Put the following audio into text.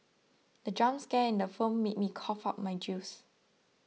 the jump scare in the film made me cough out my juice